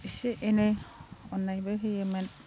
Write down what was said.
एसे एनै अननायबो होयोमोन